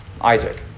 Isaac